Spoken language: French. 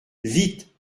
vite